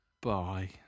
Bye